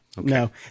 No